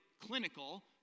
clinical